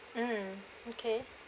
mm okay